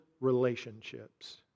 relationships